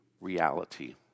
reality